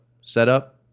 setup